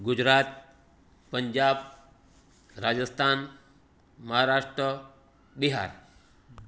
Gujarat Punjab Rajasthan Maharashtra Bihar